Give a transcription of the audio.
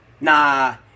Nah